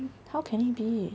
how can it be